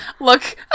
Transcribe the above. look